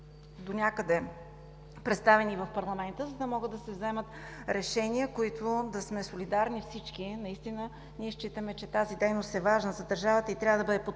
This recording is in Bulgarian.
донякъде представени в парламента, за да могат да се вземат решения, с които да сме солидарни всички. Ние считаме, че тази дейност е важна за държавата и трябва да бъде подпомагана.